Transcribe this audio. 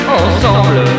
ensemble